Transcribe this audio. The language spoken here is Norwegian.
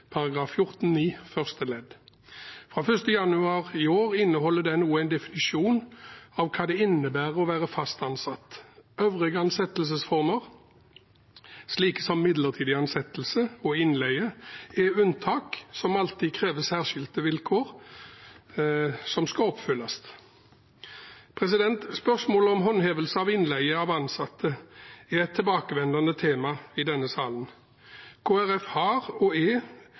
år inneholder denne også en definisjon av hva det innebærer å være fast ansatt. Øvrige ansettelsesformer, slik som midlertidig ansettelse og innleie, er unntak som alltid krever at særskilte vilkår er oppfylt. Spørsmålet om håndhevelse av innleie av ansatte er et tilbakevendende tema i denne salen. Kristelig Folkeparti har vært, og er, opptatt av at innleie skal skje i